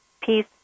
peace